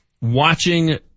watching